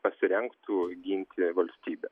pasirengtų ginti valstybę